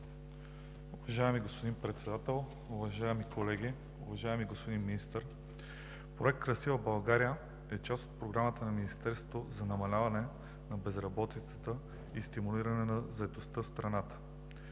България“ е част от програмата на Министерството за намаляване на безработицата и стимулиране на заетостта в страната.